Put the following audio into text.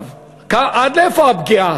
עד איפה הפגיעה?